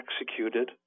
executed